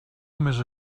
només